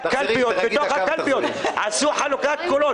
בתוך הקלפיות עשו חלוקת קולות.